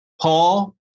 Paul